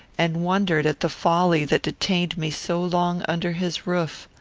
and wondered at the folly that detained me so long under his roof.